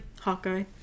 Hawkeye